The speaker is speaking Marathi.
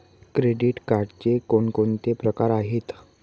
क्रेडिट कार्डचे कोणकोणते प्रकार आहेत?